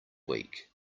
week